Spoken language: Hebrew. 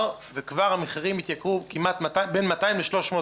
וכבר המחירים התייקרו בין 200 ל-300%,